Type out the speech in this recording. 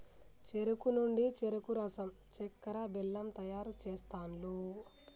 చెరుకు నుండి చెరుకు రసం చెక్కర, బెల్లం తయారు చేస్తాండ్లు